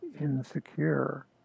insecure